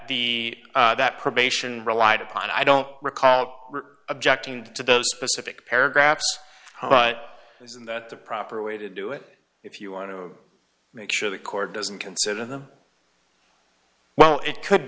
the that probation relied upon i don't recall objecting to those specific paragraphs but isn't that the proper way to do it if you want to make sure the court doesn't consider the well it could